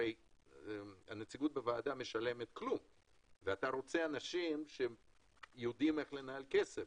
כי הנציגות בוועדה משלמת כלום ואתה רוצה אנשים שיודעים איך לנהל כסף,